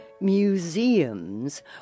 museums